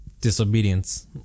disobedience